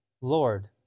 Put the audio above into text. Lord